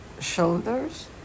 shoulders